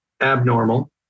abnormal